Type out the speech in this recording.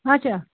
اَچھا